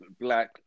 black